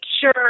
sure